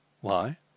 Why